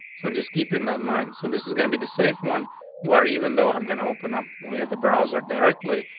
so just keep in that mind. so this is gonna be the safe one where, even though i'm gonna open up where the boroughs air directly,